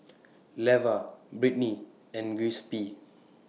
Levar Brittnie and Giuseppe